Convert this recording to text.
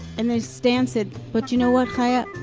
and then stan said, but you know what, chaya?